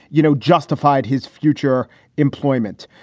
you know, justified his future employment.